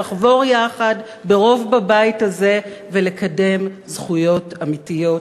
לחבור יחד ברוב בבית הזה ולקדם זכויות אמיתיות